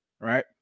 right